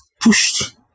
pushed